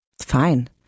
fine